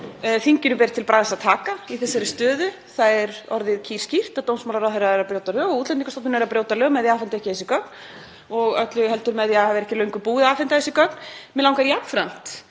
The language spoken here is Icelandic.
þinginu beri að taka til bragðs í þessari stöðu. Það er orðið kýrskýrt að dómsmálaráðherra er að brjóta lög og Útlendingastofnun er að brjóta lög með því að afhenda ekki þessi gögn, eða öllu heldur með því að vera ekki löngu búin að afhenda þessi gögn. Mig langar jafnframt